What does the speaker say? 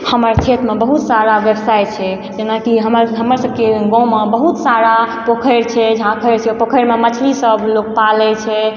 हमर खेतमे बहुत सारा व्यवसाय छै जेनाकि हमर सबके गाँवमे बहुत सारा पोखरि छै झाँखरि छै पोखरिमे मछली सब लोक पालै छै